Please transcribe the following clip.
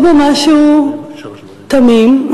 יש בו משהו תמים.